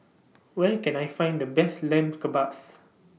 Where Can I Find The Best Lamb Kebabs